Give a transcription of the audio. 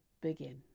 begin